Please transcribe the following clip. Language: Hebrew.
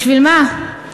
בשביל מה?